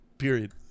period